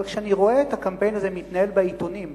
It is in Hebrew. אבל כשאני רואה את הקמפיין הזה מתנהל בעיתונים,